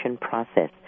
process